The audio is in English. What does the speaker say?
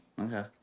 Okay